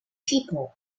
people